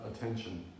attention